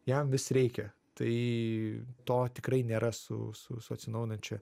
jam vis reikia tai to tikrai nėra su su su atsinaujinančia